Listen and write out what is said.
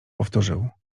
powtórzył